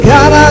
God